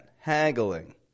Haggling